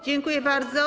Dziękuję bardzo.